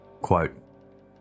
Quote